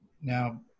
Now